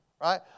right